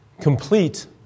Complete